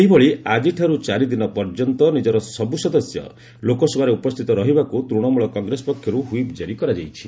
ସେହିଭଳି ଆକିଠାରୁ ଚାରିଦିନ ପର୍ଯ୍ୟନ୍ତ ନିଜର ସବୁ ସଦସ୍ୟ ଲୋକସଭାରେ ଉପସ୍ଥିତ ରହିବାକୁ ତୃଣମୂଳ କଂଗ୍ରେସ ପକ୍ଷରୁ ହ୍ବଇପ୍ ଜାରି କରାଯାଇଛି